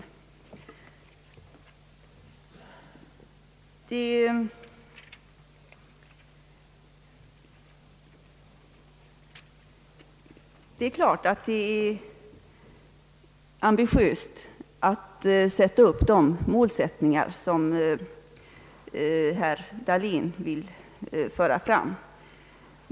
Naturligtvis är det ambitiöst att föra fram de målsättningar som herr Dahlén talade om.